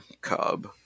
cub